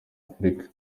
afurika